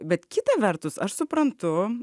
bet kita vertus aš suprantu